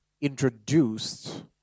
introduced